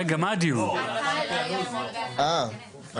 עד